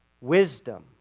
Wisdom